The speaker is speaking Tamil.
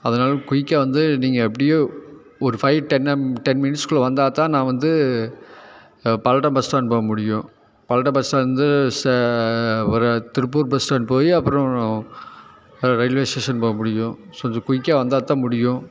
அதனால குயிக்காக வந்து நீங்கள் எப்படியும் ஒரு ஃபைவ் டென் மினிட்ஸ்குள்ளே வந்தால் தான் நான் வந்து பல்லடம் பஸ் ஸ்டாண்ட் போக முடியும் பல்லடம் பஸ் ஸ்டாண்டுலேருந்து அப்பறம் திருப்பூர் பஸ் ஸ்டாண்ட் போய் அப்பறம் ரயில்வே ஸ்டேஷன் போக முடியும் ஸோ கொஞ்சம் குயிக்காக வந்தால் தான் முடியும்